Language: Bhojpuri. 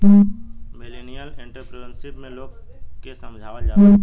मिलेनियल एंटरप्रेन्योरशिप में लोग के समझावल जाला